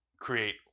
create